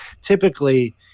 typically